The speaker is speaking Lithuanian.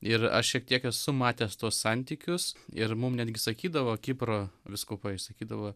ir aš šiek tiek esu matęs tuos santykius ir mums netgi sakydavo kipro vyskupai sakydavo